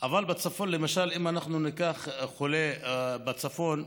אבל בצפון, למשל, אם אנחנו ניקח חולה בצפון,